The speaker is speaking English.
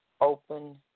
open